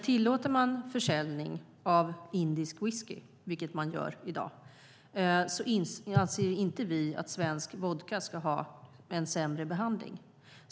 Tillåter man försäljning av indisk whisky, vilket man gör i dag, anser vi att svensk vodka inte ska ha en sämre behandling.